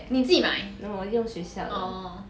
你自己买 orh